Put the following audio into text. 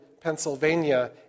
Pennsylvania